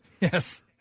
Yes